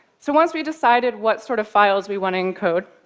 so once we decided what sort of files we want to encode,